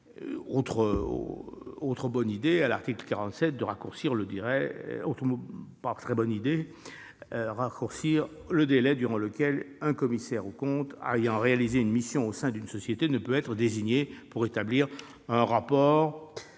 qui consiste, à l'article 47, à raccourcir le délai durant lequel un commissaire aux comptes ayant réalisé une mission au sein d'une société ne peut être désigné pour établir un rapport